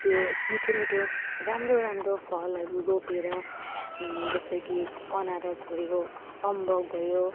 त्यो मिठो मिठो राम्रो राम्रो फलहरू रोपेर जस्तै कि अनारस भयो अम्बक भयो